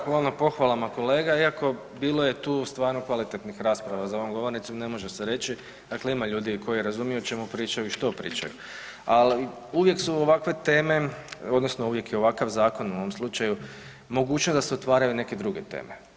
Pa hvala na pohvalama kolega, iako bilo je tu stvarno kvalitetnih rasprava za ovom govornicom, ne može se reći, dakle ima ljudi koji razumiju o čemu pričaju i što pričaju ali uvijek su ovakve teme odnosno uvijek je ovakav zakon u ovom slučaju, mogućnost da se otvaraju neke druge teme.